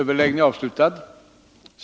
Herr talman!